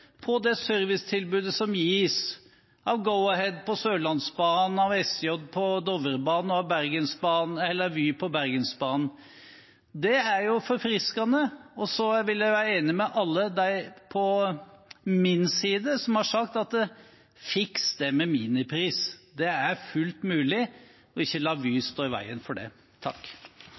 på det servicetilbudet som gis av Go-Ahead på Sørlandsbanen, SJ på Dovrebanen og Vy på Bergensbanen. Det er jo forfriskende. Så er jeg enig med alle de på min side som har sagt: Fiks det med Minipris! Det er fullt mulig. La ikke Vy stå i veien for det.